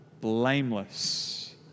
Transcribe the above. Blameless